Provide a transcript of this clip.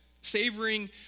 Savoring